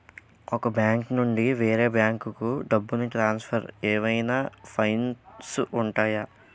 ఒక బ్యాంకు నుండి వేరే బ్యాంకుకు డబ్బును ట్రాన్సఫర్ ఏవైనా ఫైన్స్ ఉంటాయా?